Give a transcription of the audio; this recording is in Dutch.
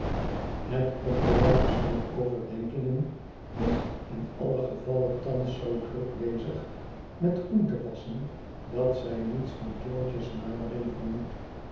het onderwerp zijner overdenkingen is in allen gevalle thans zoo druk bezig met groente wasschen dat zij niets van george's nadering vermoedt